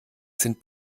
sind